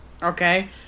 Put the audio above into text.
Okay